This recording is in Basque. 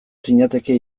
zinateke